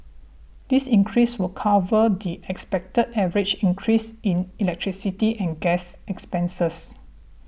this increase will cover the expected average increase in electricity and gas expenses